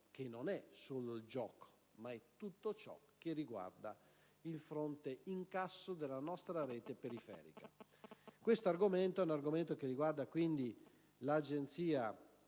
che non è solo il gioco ma è tutto ciò che riguarda il fronte incasso della nostra rete periferica. Questo argomento riguarda quindi la